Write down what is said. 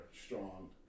strong